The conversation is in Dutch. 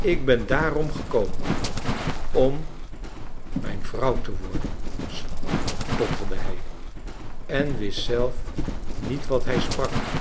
ik ben daarom gekomen om mijn vrouw te worden stotterde hij en wist zelf niet wat hij sprak